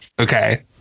Okay